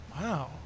Wow